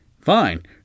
fine